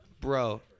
Bro